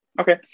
Okay